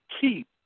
keep